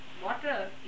Water